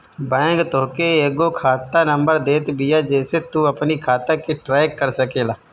bank तोहके एगो खाता नंबर देत बिया जेसे तू अपनी खाता के ट्रैक कर सकेला